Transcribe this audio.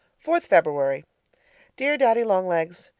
fourth february dear daddy-long-legs,